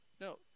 no